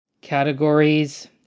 categories